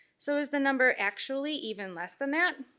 so is the number actually even less than that?